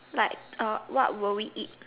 like uh what will we eat